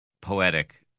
poetic